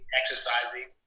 exercising